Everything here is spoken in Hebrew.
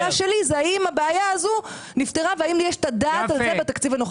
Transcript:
האם הבעיה הזו נפתרה והאם יש את הדעת על זה בתקציב הנוכחי?